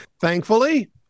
Thankfully